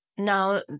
Now